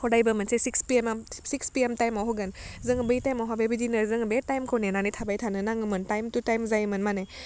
हदायबो मोनसे सिक्स पियेमाम six PM थाइमाव होगोन जों बेयो थाइमावहा बेबायदिनो जोङो बे थाइमखौ नेनानै थाबाय थानो नाङोमोन थाइम टु थाइम जायोमोन माने